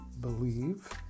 believe